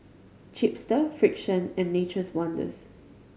Chipster Frixion and Nature's Wonders